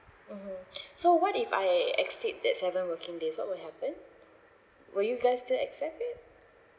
mmhmm so what if I exceed that seven working days what will happen will you guys still accept it